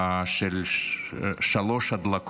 לשלוש ההדלקות,